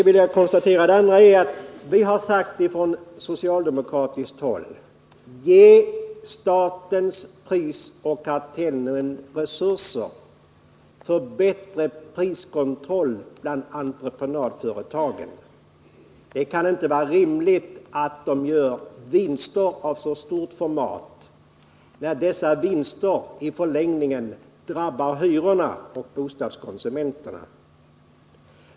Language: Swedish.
Vi har från socialdemokratiskt håll sagt för det första: Ge statens prisoch kartellnämnd resurser för bättre priskontroll över entreprenadföretagen! Det kan inte vara rimligt att de gör vinster av så stort format, när dessa vinster höjer hyrorna och drabbar bostadskonsumenterna.